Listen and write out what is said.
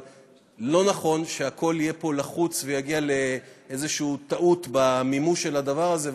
אבל לא נכון שהכול יהיה פה לחוץ ונגיע לאיזו טעות במימוש של הדבר הזה.